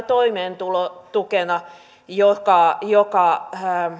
toimeentulotukena joka joka